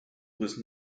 was